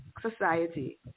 society